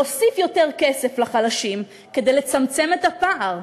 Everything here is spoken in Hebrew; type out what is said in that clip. להוסיף יותר כסף לחלשים כדי לצמצם את הפער.